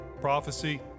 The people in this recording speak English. prophecy